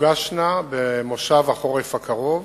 תוגשנה במושב החורף הקרוב.